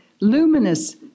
luminous